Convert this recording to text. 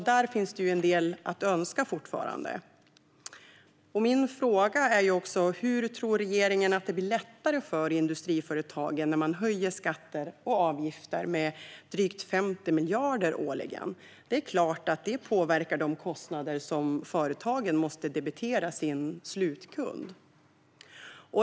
Där finns det fortfarande en del att önska. Min fråga är: Hur tror regeringen att det blir lättare för industriföretagen när man höjer skatter och avgifter med drygt 50 miljarder årligen? Det är klart att det påverkar de kostnader som företagen måste debitera sin slutkund.